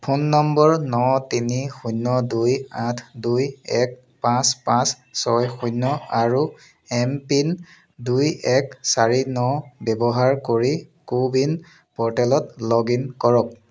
phone নম্বৰ ন তিনি শূন্য় দুই আঠ দুই এক পাঁচ পাঁচ ছয় শূন্য় আৰু এম পিন দুই এক চাৰি ন ব্যৱহাৰ কৰি কো ৱিন প'ৰ্টেলত লগ ইন কৰক